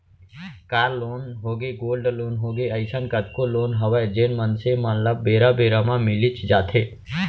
car loan होगे, gold loan होगे, अइसन कतको लोन हवय जेन मनसे मन ल बेरा बेरा म मिलीच जाथे